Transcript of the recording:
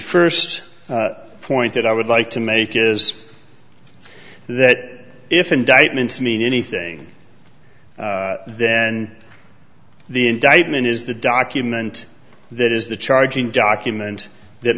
first point that i would like to make is that if indictments mean anything then the indictment is the document that is the charging document that